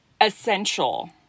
essential